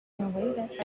way